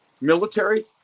military